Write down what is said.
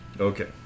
okay